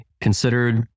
considered